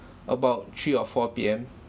about three or four P_M